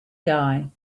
guy